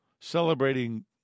celebrating